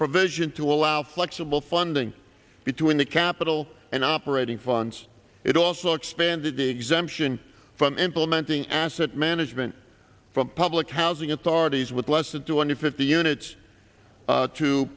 provision to allow flexible funding between the capital and operating funds it also expanded the exemption from implementing asset management from public housing authorities with less than two hundred fifty units